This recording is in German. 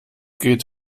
geht